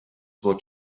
what